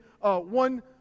one